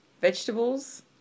vegetables